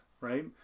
right